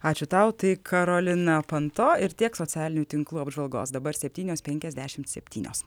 ačiū tau tai karolina pento ir tiek socialinių tinklų apžvalgos dabar septynios penkiasdešim septynios